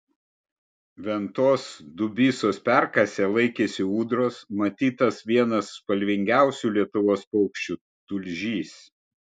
ventos dubysos perkase laikėsi ūdros matytas vienas spalvingiausių lietuvos paukščių tulžys